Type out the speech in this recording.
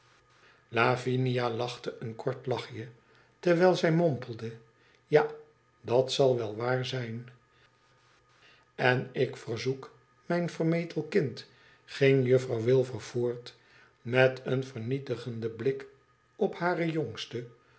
lavinia lachte een kort lachje terwijl zij mompelde ja dat zal wel waar zijn n ik verzoek mijn vermetel kind ging juffi ouw wilfer voort met een vemietigenden blik op hare jongste